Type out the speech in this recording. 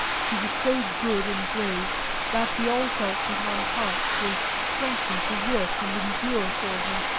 she was so good and brave that we all felt that our hearts were strengthened to work and endure for her,